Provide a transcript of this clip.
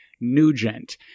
Nugent